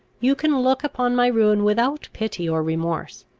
you can look upon my ruin without pity or remorse.